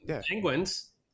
Penguins